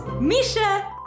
Misha